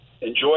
enjoy